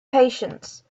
patience